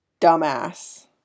Dumbass